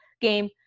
game